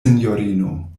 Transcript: sinjorino